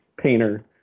painter